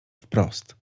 wprost